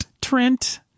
Trent